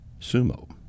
sumo